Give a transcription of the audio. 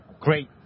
great